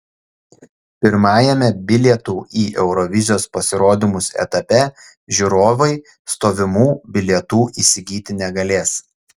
pirmajame bilietų į eurovizijos pasirodymus etape žiūrovai stovimų bilietų įsigyti negalės